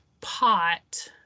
pot